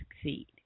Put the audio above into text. succeed